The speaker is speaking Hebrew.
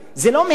זה לא מהמותרות.